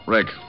Rick